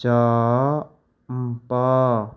jump